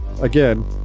again